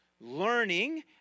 learning